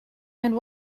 and